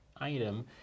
item